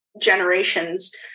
generations